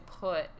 put